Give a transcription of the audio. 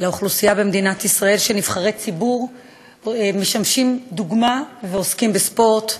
לאוכלוסייה במדינת ישראל כשנבחרי ציבור משמשים דוגמה ועוסקים בספורט.